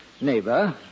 Neighbor